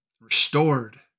restored